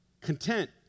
content